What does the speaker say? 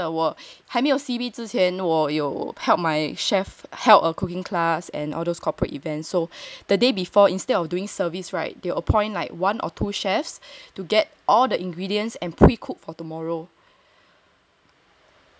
还没有 C_B 之前我有 help my chef held a cooking class and all those corporate events so the day before instead of doing service right they'll appoint like one or two chefs to get all the ingredients and pre cook for tomorrow